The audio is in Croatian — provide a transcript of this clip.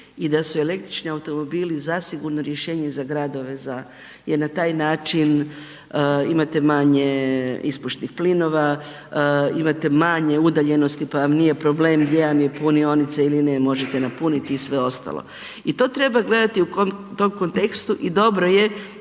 i da su električni automobili zasigurno rješenje za gradova za, jer na taj način imate manje ispušnih plinova, imate manje udaljenosti pa vam nije problem, gdje vam je punionica ili ne, možete napuniti i sve ostalo i to treba gledati u tom kontekstu i dobro je da